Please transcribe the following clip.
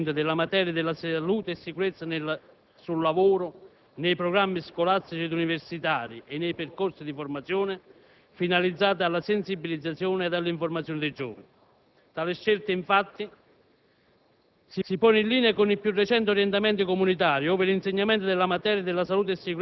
con l'aspetto positivo, e con altri particolarmente significativi, afferente l'inserimento della materia della salute e sicurezza sul lavoro nei programmi scolastici e universitari e nei percorsi di formazione, finalizzata alla sensibilizzazione e alla informazione dei giovani.